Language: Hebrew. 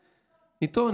עיתון,